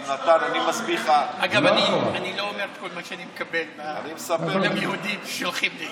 אני לא אומר את כל מה שאני מקבל מהיהודים ששולחים לי.